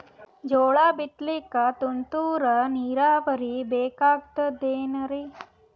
ಜೋಳ ಬಿತಲಿಕ ತುಂತುರ ನೀರಾವರಿ ಬೇಕಾಗತದ ಏನ್ರೀ?